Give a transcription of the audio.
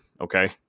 Okay